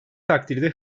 takdirde